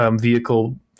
vehicle